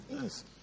Yes